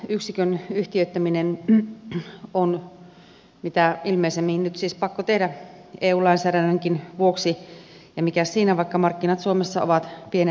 liiketoimintayksikön yhtiöittäminen on mitä ilmeisimmin nyt siis pakko tehdä eu lainsäädännönkin vuoksi ja mikäs siinä vaikka markkinat suomessa ovat pienet